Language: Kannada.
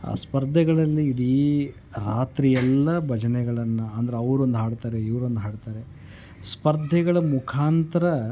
ಆ ಸ್ಪರ್ಧೆಗಳಲ್ಲಿ ಇಡೀ ರಾತ್ರಿ ಎಲ್ಲ ಭಜನೆಗಳನ್ನು ಅಂದ್ರೆ ಅವ್ರೊಂದು ಹಾಡ್ತಾರೆ ಇವ್ರೊಂದು ಹಾಡ್ತಾರೆ ಸ್ಪರ್ಧೆಗಳ ಮುಖಾಂತರ